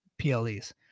ple's